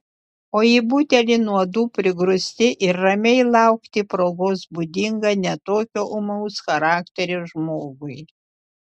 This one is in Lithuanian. o į butelį nuodų prigrūsti ir ramiai laukti progos būdinga ne tokio ūmaus charakterio žmogui